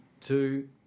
two